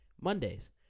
Mondays